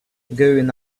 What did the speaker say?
going